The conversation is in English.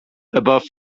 about